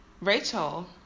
Rachel